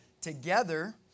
together